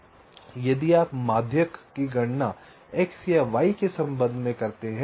इसलिए यदि आप माध्यक की गणना x या y के संबंध में करते हैं